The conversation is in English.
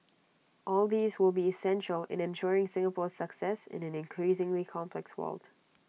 all these will be essential in ensuring Singapore's success in an increasingly complex world